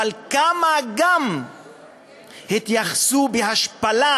אבל כמה גם התייחסו בהשפלה